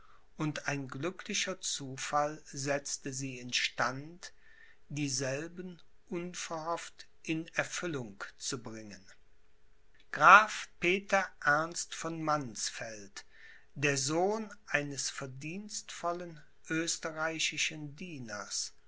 und ein glücklicher zufall setzte sie in stand dieselben unverhofft in erfüllung zu bringen graf peter ernst von mannsfeld der sohn eines verdienstvollen österreichischen dieners